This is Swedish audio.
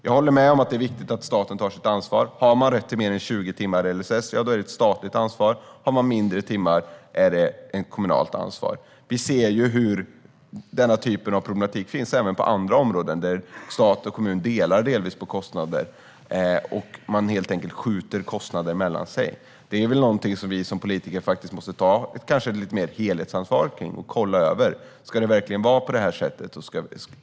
Jag håller med om att det är viktigt att staten tar sitt ansvar. Om man har rätt till mer än 20 timmar LSS är det ett statligt ansvar; om man har färre timmar är det ett kommunalt ansvar. Vi ser att denna typ av problematik även finns på andra områden där stat och kommun delvis delar på kostnader och helt enkelt skjuter kostnader mellan sig. Det är någonting som vi som politiker måste ta lite mer helhetsansvar för och kolla över. Ska det verkligen vara på det här sättet?